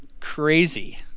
Crazy